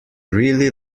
really